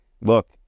look